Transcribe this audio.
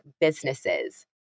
businesses